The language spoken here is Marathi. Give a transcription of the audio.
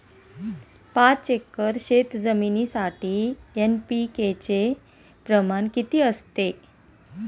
पाच एकर शेतजमिनीसाठी एन.पी.के चे प्रमाण किती असते?